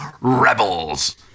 Rebels